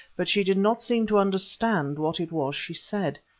but she did not seem to understand what it was she said.